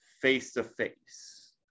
face-to-face